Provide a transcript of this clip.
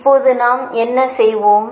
இப்போது நாம் என்ன செய்வோம்